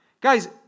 Guys